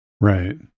right